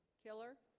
killer